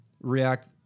react